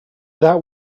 that